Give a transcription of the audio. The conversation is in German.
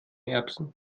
erbsen